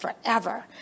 forever